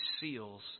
seals